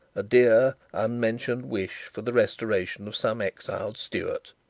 a dear unmentioned wish for the restoration of some exiled stuart.